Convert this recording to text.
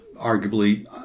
Arguably